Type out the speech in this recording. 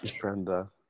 Brenda